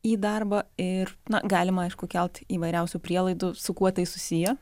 į darbą ir na galima aišku kelt įvairiausių prielaidų su kuo tai susiję